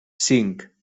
cinc